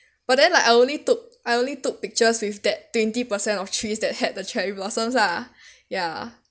but then like I only took I only took pictures with that twenty percent of trees that had the cherry blossoms lah ya